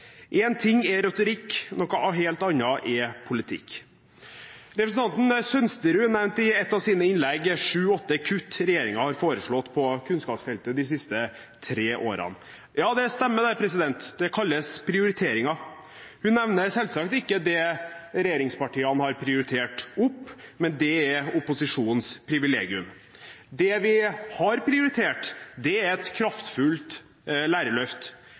en ny kurs. Den retningsendringen er så liten at den er klin umulig å se med det blotte øye. Én ting er retorikk, noe helt annet er politikk. Representanten Sønsterud nevnte i et av sine innlegg sju–åtte kutt regjeringen har foreslått på kunnskapsfeltet de siste tre årene. Ja, det stemmer – det kalles prioriteringer. Hun nevner selvsagt ikke det regjeringspartiene har prioritert opp, men det er opposisjonens privilegium. Det vi har